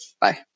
Bye